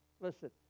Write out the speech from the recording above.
Listen